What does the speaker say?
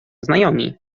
znajomi